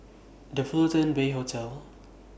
The Fullerton Bay Hotel